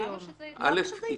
למה שזה יצא?